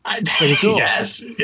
yes